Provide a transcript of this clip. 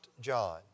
John